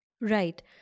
Right